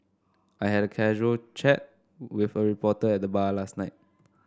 I had a casual chat with a reporter at the bar last night